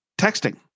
texting